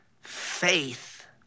faith